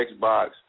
Xbox